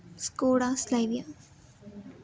Skoda Slavia